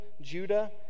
Judah